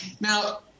Now